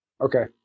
Okay